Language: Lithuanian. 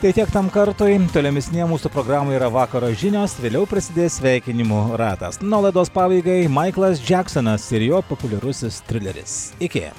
tai tiek tam kartui tolimesniem mūsų programoj yra vakaro žinios vėliau prasidės sveikinimų ratas na o laidos pabaigai maiklas džeksonas ir jo populiarusis trileris iki